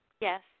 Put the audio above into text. Yes